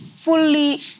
fully